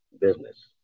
business